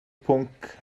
pwnc